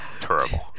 Terrible